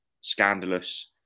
scandalous